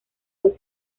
los